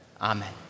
Amen